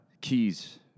keys